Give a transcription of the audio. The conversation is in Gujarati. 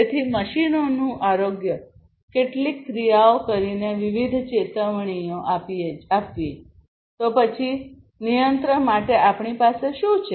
તેથી મશીનોનું આરોગ્ય કેટલીક ક્રિયાઓ કરીને વિવિધ ચેતવણીઓ આપવીતો પછી નિયંત્રણ માટે આપણી પાસે શું છે